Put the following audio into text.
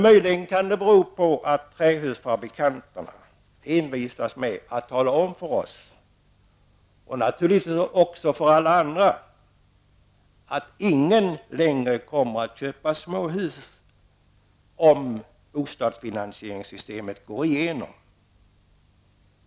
Det kan också bero på att trähusfabrikanterna envisas med att tala om för oss, och naturligtvis även för alla andra, att ingen längre kommer att köpa småhus om bostadsfinansieringssystemet går igenom.